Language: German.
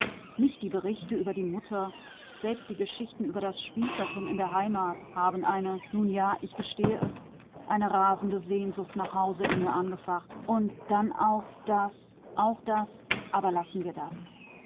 nicht die berichte über die mutter selbst die geschichten über das spießertum in der heimat haben eine nun ja ich gestehe es eine rasende sehnsucht nach hause in mir angefacht und dann auch das auch das aber lassen wir das